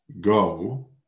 go